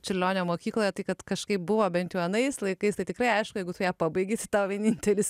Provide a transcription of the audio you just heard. čiurlionio mokykloje tai kad kažkaip buvo bent anais laikais tai tikrai aišku jeigu tu ją pabaigė tau vienintelis